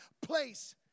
place